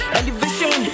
elevation